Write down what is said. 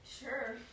Sure